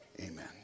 amen